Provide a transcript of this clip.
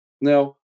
Now